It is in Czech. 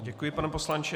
Děkuji, pane poslanče.